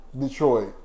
Detroit